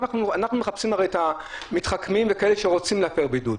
אנחנו הרי מחפשים את המתחכמים ואת אלה שרוצים להפר בידוד.